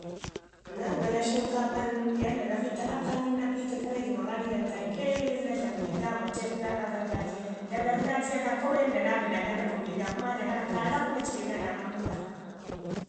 Naa bəna shin kaapa nən, yanda na fiitu akan na piru karre dlugwan ga na dlamu tanke na dlamu biga gwate tə kə gargajiya, da garrgajiya ga kawai yanda naa bəna ga, na bənyi bi ga kumo aa dlamman gaza kaazak naa ci bi ha naa maamu ga.